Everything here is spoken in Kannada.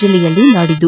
ಜಿಲ್ಲೆಯಲ್ಲಿ ನಾಡಿದ್ದು